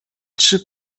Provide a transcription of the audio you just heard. trzy